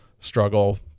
struggle